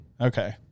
okay